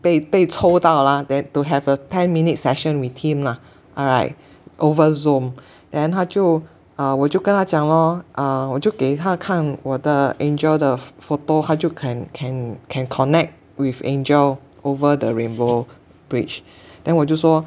被被抽到了 then to have a ten minute session with him lah alright over Zoom then 他就啊我就跟他讲咯啊我就给他看我的 angel 的 photo 他就 can can can connect with angel over the rainbow bridge then 我就说